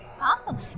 awesome